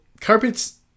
carpets